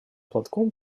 платком